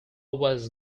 was